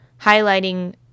highlighting